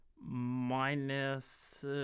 minus